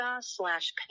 slash